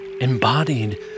embodied